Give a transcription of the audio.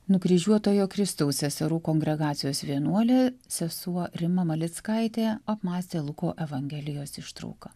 nukryžiuotojo kristaus seserų kongregacijos vienuolė sesuo rima malickaitė apmąstė luko evangelijos ištrauką